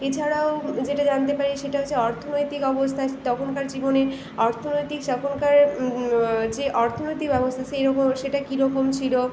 এছাড়াও যেটা জানতে পারি সেটা হচ্ছে অর্থনৈতিক অবস্থা তখনকার জীবনে অর্থনৈতিক সখনকার যে অর্থনৈতিক ব্যবস্থা সেইরকম সেটা কীরকম ছিল